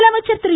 முதலமைச்சர் திரு